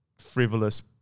frivolous